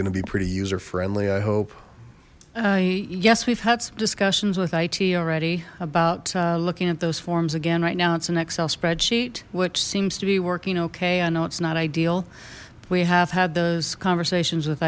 going to be pretty user friendly i hope yes we've had some discussions with it already about looking at those forms again right now it's an excel spreadsheet which seems to be working okay i know it's not ideal we have had those conversations with